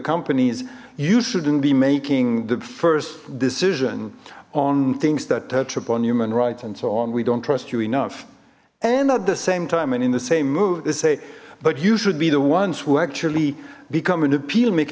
companies you shouldn't be making the first decision on things that touch upon human rights and so on we don't trust you enough and at the same time and in the same move they say but you should be the ones who actually become an appeal m